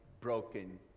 broken